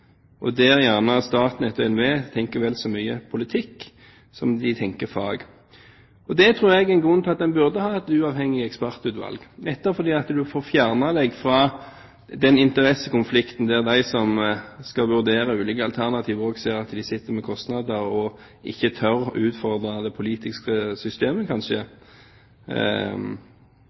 og der gjerne Statnett og NVE tenker vel så mye politikk som de tenker fag. Det tror jeg er en grunn til at en burde ha et uavhengig ekspertutvalg – nettopp fordi man får fjernet seg fra den interessekonflikten der de som skal vurdere ulike alternativer, også ser at de sitter med kostnader og kanskje ikke tør å utfordre det politiske systemet,